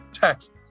taxes